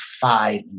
five